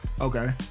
Okay